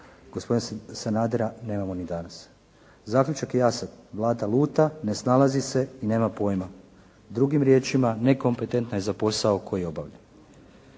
gospodina Sanadera nemamo ni danas. Zaključak je jasan. Vlada luta, ne snalazi se i nema pojma. Drugim riječima, nekompetentna je za posao koji obavlja.